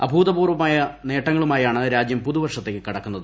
അഭൂതപൂർവ്വമായ നേട്ടങ്ങളുമായാണ് രാജ്യം പുതുവർഷത്തേക്ക് കടക്കുന്നത്